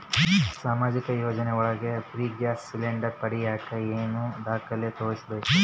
ಸಾಮಾಜಿಕ ಯೋಜನೆ ಒಳಗ ಫ್ರೇ ಗ್ಯಾಸ್ ಸಿಲಿಂಡರ್ ಪಡಿಯಾಕ ಏನು ದಾಖಲೆ ತೋರಿಸ್ಬೇಕು?